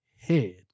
Head